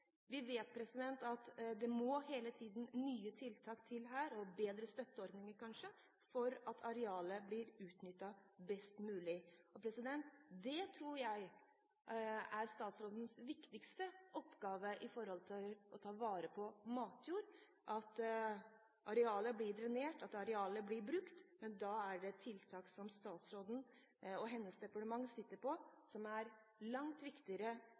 Vi vet at det hele tiden må nye tiltak til her – og bedre støtteordninger, kanskje – for at arealet blir utnyttet best mulig. Statsrådens viktigste oppgave for å ta vare på matjord tror jeg er å sørge for at arealet blir drenert, og at arealet blir brukt, men tiltak som statsråden og hennes departement sitter på, er langt viktigere